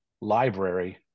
library